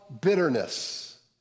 bitterness